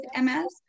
MS